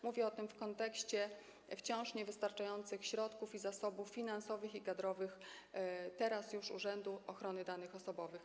Mówię o tym w kontekście wciąż niewystarczających środków, zasobów finansowych i kadrowych teraz już Urzędu Ochrony Danych Osobowych.